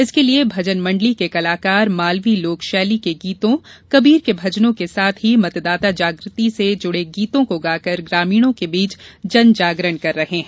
इसके लिये भजन मंडली के कलाकार मालवी लोकशैली के लोकगीतों कबीर के भजनों के साथ ही मतदाता जागृति से जुड़े गीतों को गाकर ग्रामीणों के बीच जनजागरण किया जा रहा है